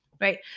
Right